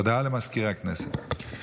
הודעה לסגנית מזכיר הכנסת.